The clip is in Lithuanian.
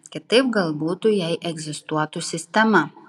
kitaip gal butų jei egzistuotų sistema